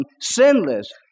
sinless